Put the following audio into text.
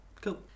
Cool